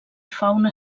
fauna